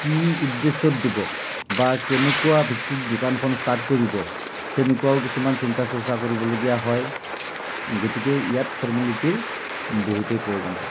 কি উদ্দেশ্যত দিব বা কেনেকুৱা ভিত্তিত দোকানখন ষ্টাৰ্ট কৰিব সেনেকুৱাও কিছুমান চিন্তা চৰ্চা কৰিবলগীয়া হয় গতিকে ইয়াত ফৰ্মেলিটীৰ বহুতেই প্ৰয়োজন হয়